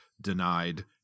denied